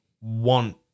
want